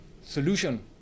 solution